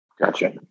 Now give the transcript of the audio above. gotcha